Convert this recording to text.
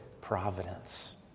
providence